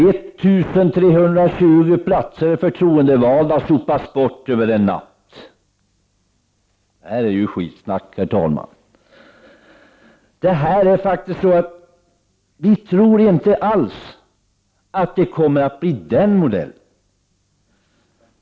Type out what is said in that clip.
1320 platser för förtroendevalda sopas bort över en natt. Det här är ju skitsnack, herr talman! Vi tror inte alls att det kommer att bli den modellen.